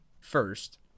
first